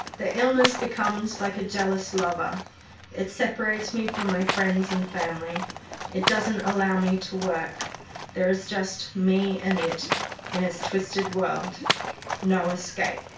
the illness becomes like a jealous lover it separates me from my friends and family it doesn't allow me to work there is just me, and it in its twisted world no escape